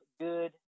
good